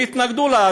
והם התנגדו לה,